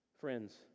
Friends